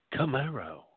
Camaro